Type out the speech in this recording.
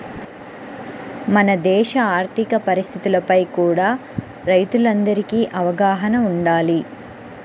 మన దేశ ఆర్ధిక పరిస్థితులపై కూడా రైతులందరికీ అవగాహన వుండాలి